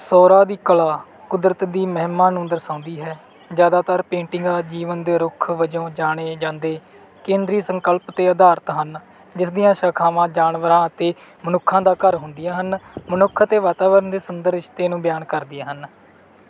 ਸੌਰਾ ਦੀ ਕਲਾ ਕੁਦਰਤ ਦੀ ਮਹਿਮਾ ਨੂੰ ਦਰਸਾਉਂਦੀ ਹੈ ਜ਼ਿਆਦਾਤਰ ਪੇਂਟਿੰਗਾਂ ਜੀਵਨ ਦੇ ਰੁੱਖ ਵਜੋਂ ਜਾਣੇ ਜਾਂਦੇ ਕੇਂਦਰੀ ਸੰਕਲਪ 'ਤੇ ਅਧਾਰਤ ਹਨ ਜਿਸ ਦੀਆਂ ਸ਼ਾਖਾਵਾਂ ਜਾਨਵਰਾਂ ਅਤੇ ਮਨੁੱਖਾਂ ਦਾ ਘਰ ਹੁੰਦੀਆਂ ਹਨ ਮਨੁੱਖ ਅਤੇ ਵਾਤਾਵਰਣ ਦੇ ਸੁੰਦਰ ਰਿਸ਼ਤੇ ਨੂੰ ਬਿਆਨ ਕਰਦੀਆਂ ਹਨ